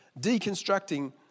Deconstructing